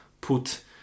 put